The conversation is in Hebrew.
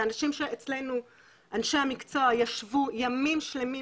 ואנשי המקצוע אצלנו ישבו ימים שלמים